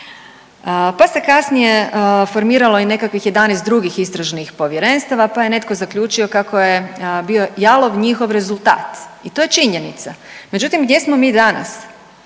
pa se kasnije formiralo i nekakvih 11 drugih istražnih povjerenstava, pa je netko zaključio kako je bio jalov njihov rezultat i to je činjenica. Međutim, gdje smo mi danas?